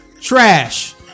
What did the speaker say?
Trash